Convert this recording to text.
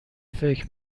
فکر